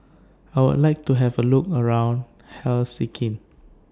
I Would like to Have A Look around Helsinki